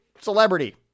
celebrity